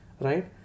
right